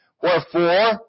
Wherefore